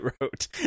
wrote